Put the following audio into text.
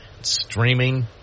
streaming